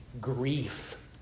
grief